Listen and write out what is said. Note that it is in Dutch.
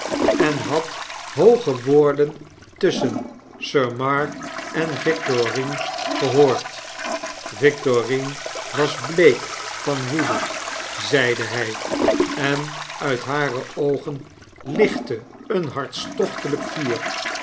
en had hooge woorden tusschen sir mark en victorine gehoord victorine was bleek van woede zeide hij en uit hare oogen lichtte een hartstochtelijk vuur